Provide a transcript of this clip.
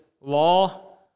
law